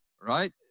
right